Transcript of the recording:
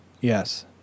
Yes